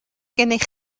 gennych